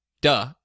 duh